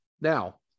now